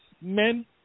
men